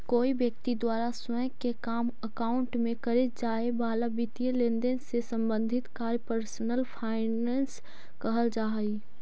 कोई व्यक्ति द्वारा स्वयं के बैंक अकाउंट में करे जाए वाला वित्तीय लेनदेन से संबंधित कार्य के पर्सनल फाइनेंस कहल जा सकऽ हइ